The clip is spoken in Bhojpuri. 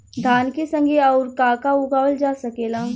धान के संगे आऊर का का उगावल जा सकेला?